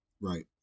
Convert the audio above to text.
Right